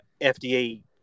FDA